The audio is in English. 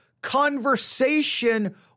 conversation